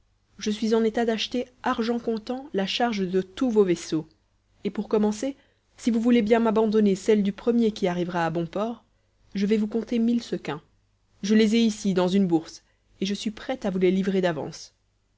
je suis en état d'acheter argent comptant la charge de tous vos vaisseaux et pour commencer si vous voulez bien m'abandonner celle du premier qui arrivera à bon port je vais vous compter mille sequins je les ai ici dans une bourse et je suis prêt à vous les livrer d'avance